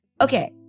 Okay